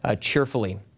cheerfully